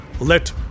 Let